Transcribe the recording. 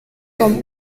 con